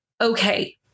okay